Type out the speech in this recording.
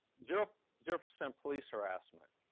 zero zero percent police harassment.